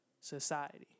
society